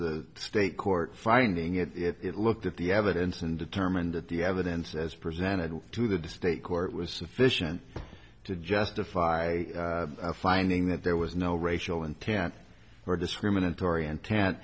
the state court finding it it looked at the evidence and determined that the evidence as presented to the distaste court was sufficient to justify a finding that there was no racial intent or discriminatory